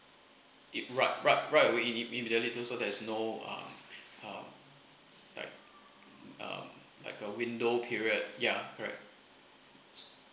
it right right right we imm~ immediately do so there's no um um like um like a window period ya correct